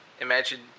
Imagine